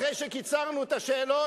אחרי שקיצרנו את השאלון,